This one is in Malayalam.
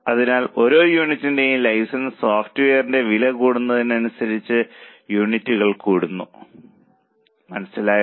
അതിനാൽ ഓരോ യൂണിറ്റിനും ലൈസൻസ് സോഫ്റ്റ്വെയറിന്റെ വില കൂടുന്നതിനനുസരിച്ച് യൂണിറ്റുകൾ കൂടുന്നു മനസ്സിലായോ